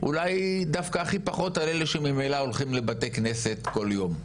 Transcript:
אולי דווקא הכי פחות על אלה שממילא הולכים לבתי כנסת כל יום.